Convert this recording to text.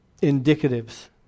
indicatives